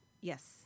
Yes